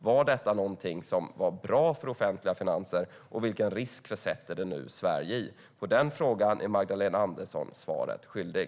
Var detta någonting som var bra för de offentliga finanserna, och vilken risk försätter det nu Sverige i? På den frågan är Magdalena Andersson svaret skyldig.